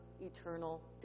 eternal